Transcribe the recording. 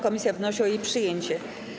Komisja wnosi o jej przyjęcie.